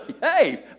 hey